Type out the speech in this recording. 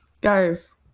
guys